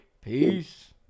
peace